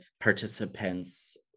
participants